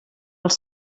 als